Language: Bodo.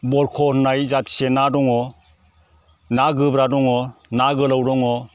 बलख' होन्नाय जाथिसे ना दङ ना गोब्रा दङ ना गोलाउ दङ